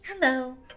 Hello